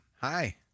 Hi